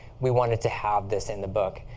we wanted to have this in the book.